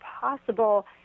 possible